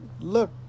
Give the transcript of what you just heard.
Look